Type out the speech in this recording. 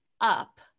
up